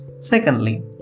Secondly